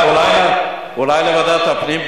אולי לוועדת הפנים,